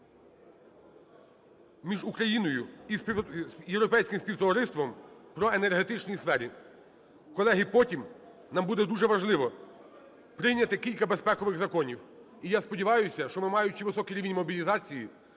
між Україною і Європейським співтовариством в енергетичній сфері. Колеги, потім нам буде дуже важливо прийняти кількабезпекових законів. І я сподіваюся, що ми, маючи високий рівень мобілізації,